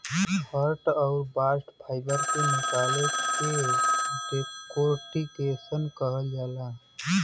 hurd आउर bast fibre के निकले के डेकोर्टिकेशन कहल जाला